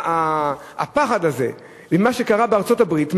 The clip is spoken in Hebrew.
הפחד הזה ממה שקרה בארצות-הברית מלווה,